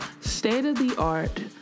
state-of-the-art